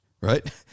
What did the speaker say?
right